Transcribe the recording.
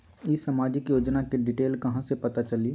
ई सामाजिक योजना के डिटेल कहा से पता चली?